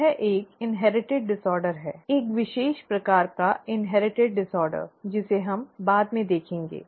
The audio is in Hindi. यह एक विरासत में मिला विकार है विरासत में मिला एक विशेष प्रकार का विकार जिसे हम बाद में देखेंगे